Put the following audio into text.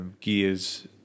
gears